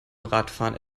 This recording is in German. radfahren